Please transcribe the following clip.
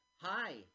hi